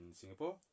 Singapore